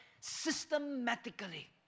systematically